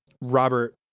robert